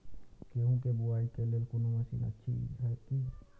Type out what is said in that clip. गेहूँ के बुआई के लेल कोनो मसीन अछि की?